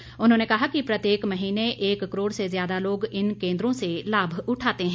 प्रधानमंत्री ने कहा कि प्रत्येक महीने एक करोड़ से ज्यादा लोग इन केन्द्रों से लाभ उठाते हैं